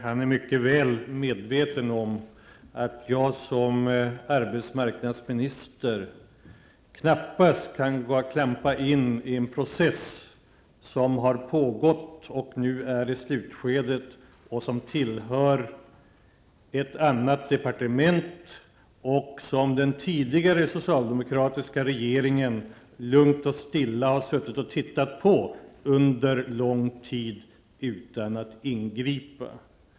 Han är mycket väl medveten om att jag som arbetsmarknadsminister knappast bara kan klampa in i en process som har pågått och nu är i slutskedet och som tillhör ett annat departement och som den tidigare socialdemokratiska regeringen lugnt och stilla under lång tid utan att ingripa bara har suttit och tittat på.